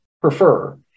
prefer